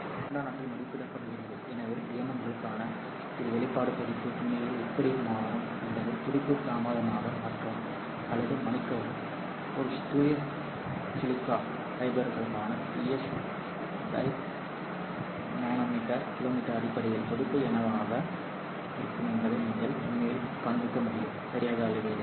λ0 இல் மதிப்பிடப்படுகிறது எனவே Dm க்கான இந்த வெளிப்பாடு துடிப்பு உண்மையில் எப்படி மாறும் என்பதை துடிப்பு தாமதமாக மாற்றும் அல்லது மன்னிக்கவும் ஒரு தூய சிலிக்கா ஃபைபருக்கான psnm km அடிப்படையில் துடிப்பு என்னவாக இருக்கும் என்பதை நீங்கள் உண்மையில் காண்பிக்க முடியும் சரியாக அளவிடுதல்